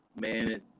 man